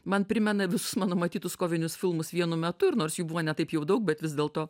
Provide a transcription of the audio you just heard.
man primena visus mano matytus kovinius filmus vienu metu ir nors jų buvo ne taip jau daug bet vis dėlto